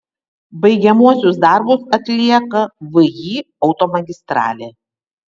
baigiamuosius darbus atlieka vį automagistralė